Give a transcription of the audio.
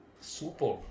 Super